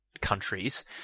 countries